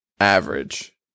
average